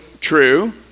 true